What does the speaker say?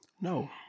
No